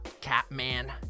Catman